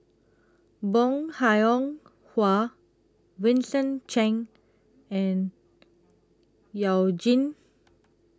Bong Hiong Hwa Vincent Cheng and YOU Jin